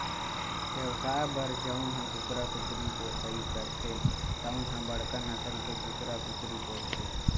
बेवसाय बर जउन ह कुकरा कुकरी पोसइ करथे तउन ह बड़का नसल के कुकरा कुकरी पोसथे